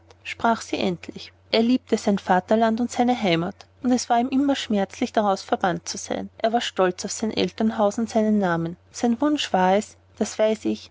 sprach sie endlich er liebte sein vaterland und seine heimat und es war ihm immer schmerzlich daraus verbannt zu sein er war stolz auf sein elternhaus und seinen namen sein wunsch wäre es das weiß ich